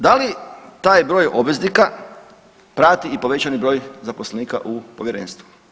Da li taj broj obveznika prati i povećani broj zaposlenika u povjerenstvu?